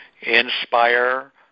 inspire